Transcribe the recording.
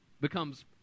becomes